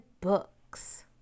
books